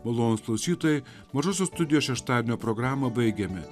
malonūs klausytojai mažosios studijos šeštadienio programą baigėme